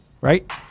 right